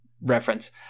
reference